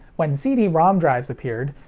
when cd-rom drives appeared,